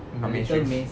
mainstream